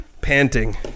Panting